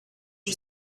you